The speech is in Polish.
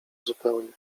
zupełnie